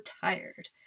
tired